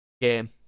game